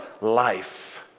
life